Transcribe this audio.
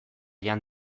jan